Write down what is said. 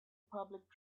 public